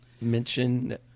mention